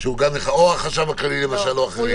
-- או החשב הכללי למשל או אחרים.